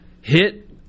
hit